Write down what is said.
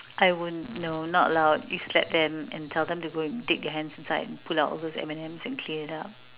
I won't no not allowed you slap them and tell them to go and dig their hands inside and pull out all those M and Ms and clean it up